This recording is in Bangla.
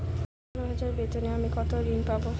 বারো হাজার বেতনে আমি কত ঋন পাব?